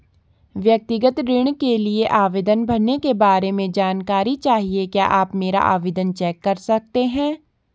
व्यक्तिगत ऋण के लिए आवेदन भरने के बारे में जानकारी चाहिए क्या आप मेरा आवेदन चेक कर सकते हैं?